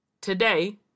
today